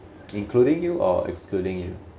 including you or excluding you